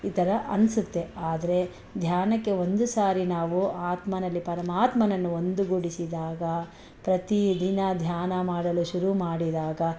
ಈ ಥರ ಅನ್ನಿಸುತ್ತೆ ಆದರೆ ಧ್ಯಾನಕ್ಕೆ ಒಂದು ಸಾರಿ ನಾವು ಆತ್ಮನಲ್ಲಿ ಪರಮಾತ್ಮನನ್ನು ಒಂದು ಗೂಡಿಸಿದಾಗ ಪ್ರತಿದಿನ ಧ್ಯಾನ ಮಾಡಲು ಶುರು ಮಾಡಿದಾಗ